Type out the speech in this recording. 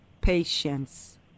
patience